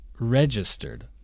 Registered